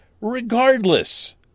regardless